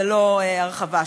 ולא הרחבה שלו.